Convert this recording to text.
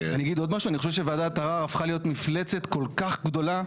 אני חושב שוועדת ערר הפכה להיות מפלצת כל כך גדולה,